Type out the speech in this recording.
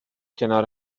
کنار